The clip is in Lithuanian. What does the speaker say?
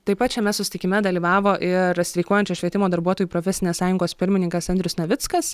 taip pat šiame susitikime dalyvavo ir streikuojančios švietimo darbuotojų profesinės sąjungos pirmininkas andrius navickas